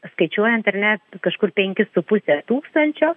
skaičiuojant ar ne kažkur penki su puse tūkstančio